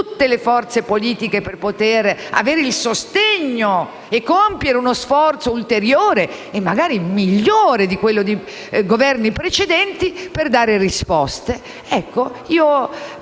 tutte le forze politiche per poter avere il sostegno e compiere uno sforzo ulteriore e magari migliore di quello di Governi precedenti per dare risposte. E penso,